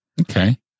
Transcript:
okay